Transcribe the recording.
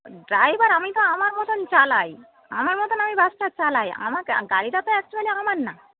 driver আমি তো আমার মতন চালাই আমার মতন আমি বাসটা চালাই আমা গাড়িটা তো একচুয়ালি আমার না